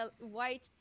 white